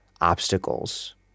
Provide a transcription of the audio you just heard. obstacles